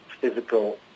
physical